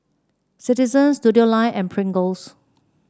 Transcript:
Citizen Studioline and Pringles